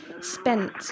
spent